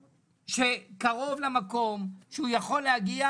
שקרוב למקום שהוא יכול להגיע,